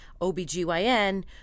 OBGYN